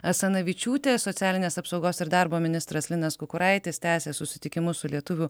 asanavičiūtė socialinės apsaugos ir darbo ministras linas kukuraitis tęsia susitikimus su lietuvių